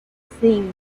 cinco